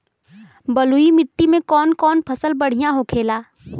बलुई मिट्टी में कौन कौन फसल बढ़ियां होखेला?